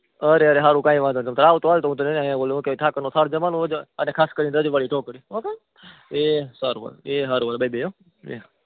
અરે અરે હારું કાંઇ વાંધો નઇ તમ તમારે આવતો હાલ હું તને અઇયાં હું કેવાય ઠાકરનો થાળ જમવાનો અને ખાસ કરીને રજવાળી ઢોકળી ઓકે એ સારું હાલ એ હારું હાલ બાય બાય હો એ હા